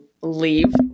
leave